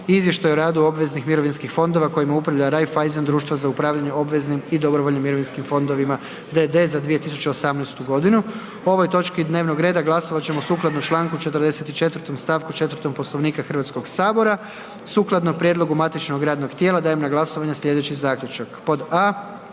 Izvještaj radu obveznih mirovinskih fondova kojima upravlja Raiffeisen društvo za upravljanje obveznim i dobrovoljnim mirovinskim fondovima za d.d. za 2018. g. O ovoj točki dnevnog reda glasovat ćemo sukladno čl. 44. st. 4. Poslovnika HS-a sukladno prijedlogu matičnog radnog tijela dajem na glasovanje sljedeći zaključak.